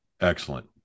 Excellent